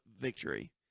victory